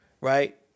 Right